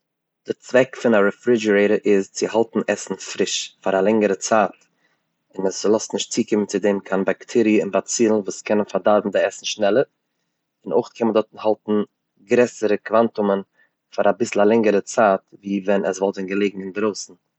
די צוועק פון א רעפריזשערעיטער איז צו האלטן עסן פריש פאר א לענגערע צייט, און ס'לאזט נישט צוקומען צו דעם קיין באקטעריע און באצילן וואס קענען פארדארבן די עסן שנעלער און אויך קען מען דארט האלטן גרעסערע קוואנטומען פאר אביסל א לענגערע צייט ווי ווען עס וואלט געליגן אינדערויסן.